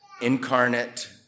incarnate